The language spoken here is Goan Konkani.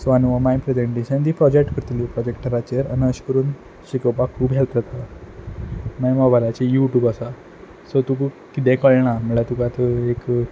सो मागीर ती प्रोजेक्ट करतली प्रोजेक्टराचेर अशें करून शिकोवपाक खूब हेल्प करता मागीर मोबायलाचे युट्यूब आसा सो तुका कितेंय कळना म्हणल्या तुका आतां एक